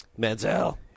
Manziel